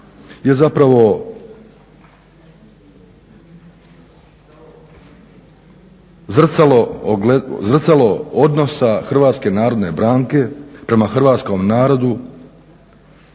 je zapravo zrcalo odnosa Hrvatske narodne banke prema hrvatskom narodu